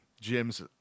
Jim's